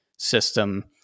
system